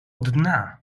dna